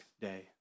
day